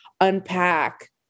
unpack